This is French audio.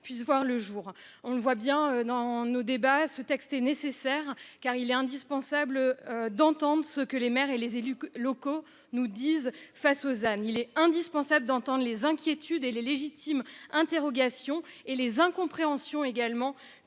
puisse voir le jour. On le voit bien dans nos débats, ce texte est nécessaire car il est indispensable d'entendre ce que les maires et les élus locaux nous disent face Ozanne, il est indispensable d'entendre les inquiétudes et les légitimes interrogations et les incompréhensions également